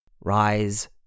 Rise